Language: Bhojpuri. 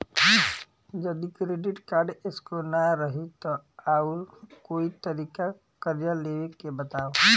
जदि क्रेडिट स्कोर ना रही त आऊर कोई तरीका कर्जा लेवे के बताव?